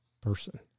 person